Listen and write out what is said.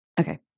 Okay